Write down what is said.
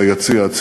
ביציע.